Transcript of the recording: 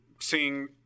seeing